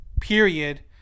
period